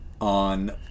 on